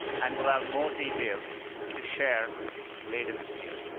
and we'll have more details to share later this year.